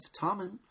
Tommen